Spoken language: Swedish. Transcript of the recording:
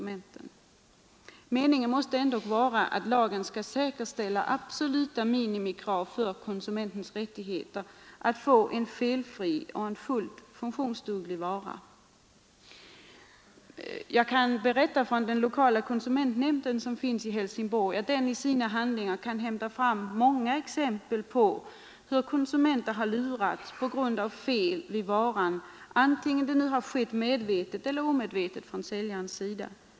Meningen måste vara att lagen skall säkerställa absoluta minimikrav när det gäller konsumentens rätt att få en felfri och fullt funktionsduglig vara. Den lokala konsumentnämnden i Hälsingborg kan ur sina handlingar hämta fram många exempel på hur konsumenter lurats på grund av fel i vara, antingen säljaren gjort det medvetet eller omedvetet.